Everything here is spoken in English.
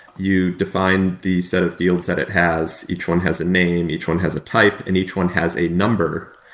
you define the set of fields that it has. each one has a name. each one has a type and each one has a number,